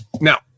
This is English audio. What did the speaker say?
Now